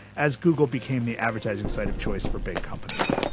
as google became the advertising site of choice for big companies